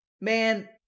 man